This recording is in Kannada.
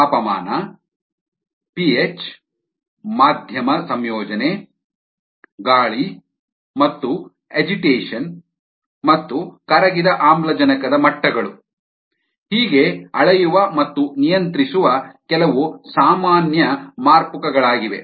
ತಾಪಮಾನ ಪಿಹೆಚ್ ಮಾಧ್ಯಮ ಸಂಯೋಜನೆ ಗಾಳಿ ಮತ್ತು ಅಜಿಟೇಷನ್ ಮತ್ತು ಕರಗಿದ ಆಮ್ಲಜನಕದ ಮಟ್ಟಗಳು ಹೀಗೆ ಅಳೆಯುವ ಮತ್ತು ನಿಯಂತ್ರಿಸುವ ಕೆಲವು ಸಾಮಾನ್ಯ ಮಾರ್ಪುಕಗಳಾಗಿವೆ